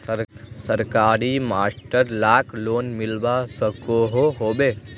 सरकारी मास्टर लाक लोन मिलवा सकोहो होबे?